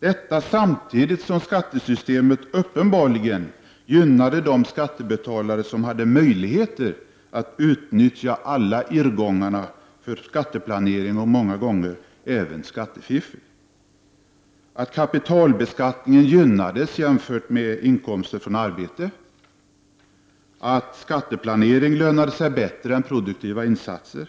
Men samtidigt gynnade skattesystemet uppenbarligen de skattebetalare som hade möjlighet att utnyttja systemet med alla irrgångar för skatteplanering och många gånger även för skattefiffel. Inkomster av kapital gynnades jämfört med inkomster av arbete. Skatteplanering lönade sig bättre än produktiva insatser.